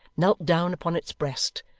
knelt down upon its breast,